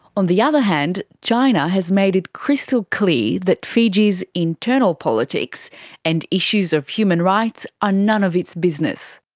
on the other hand, china has made it crystal clear that fiji's internal politics and issues of human rights are none of its business.